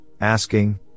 asking